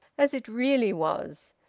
as it really was,